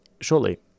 shortly